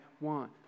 want